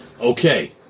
Okay